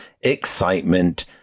excitement